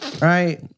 right